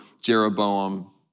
Jeroboam